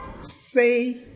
say